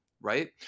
right